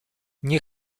nie